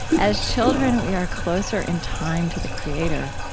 as children we are closer in time to the creator.